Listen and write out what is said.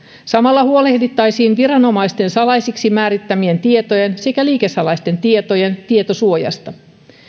samalla huolehdittaisiin viranomaisten salaisiksi määrittämien tietojen sekä liikesalaisten tietojen tietosuojasta